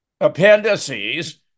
appendices